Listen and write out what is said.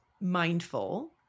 mindful